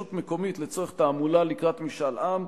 מקומית לצורך תעמולה לקראת משאל העם,